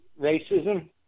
racism